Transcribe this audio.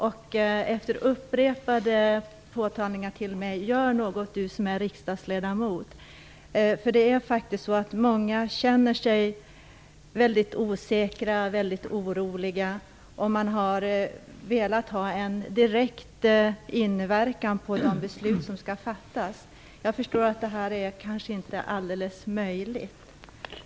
Jag har fått upprepade påstötningar, och man har sagt: Gör något Du som är riksdagsledamot! Många känner sig väldigt osäkra och oroliga. Man har velat få möjligheter att direkt påverka de beslut som skall fattas. Jag förstår att detta kanske inte är möjligt fullt ut.